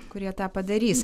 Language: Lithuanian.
kurie tą padarys